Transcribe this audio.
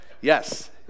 yes